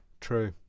True